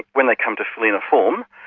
when they come to fill in a form,